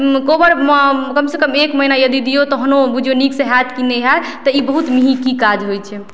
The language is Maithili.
कोहबरमे कम सँ कम एक महीना यदि दियौ तहन ओ बुझियौ नीक सँ हैत कि नहि हैत तऽ ई बहुत मेंहिकी काज होइ छै